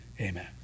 amen